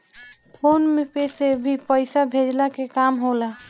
phone पे से भी पईसा भेजला के काम होला